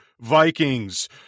Vikings